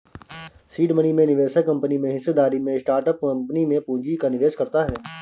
seed money में निवेशक company में हिस्सेदारी में स्टार्टअप कंपनी में पूंजी का निवेश करता है